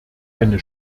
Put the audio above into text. eine